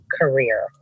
career